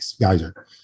Geyser